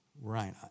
Right